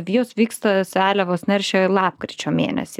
jos vyksta seliavos neršia lapkričio mėnesį